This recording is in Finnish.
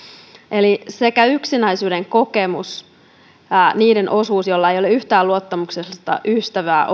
eli sekä yksinäisyyden kokemus että niiden osuus joilla ei ole yhtään luottamuksellista ystävää